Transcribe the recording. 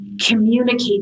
communicate